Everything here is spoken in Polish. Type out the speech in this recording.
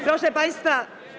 Proszę państwa.